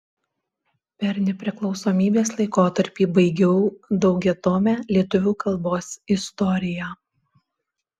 per nepriklausomybės laikotarpį baigiau daugiatomę lietuvių kalbos istoriją